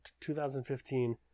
2015